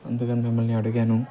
అందుకని మిమ్మల్ని అడిగాను